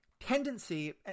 Tendency